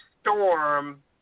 storm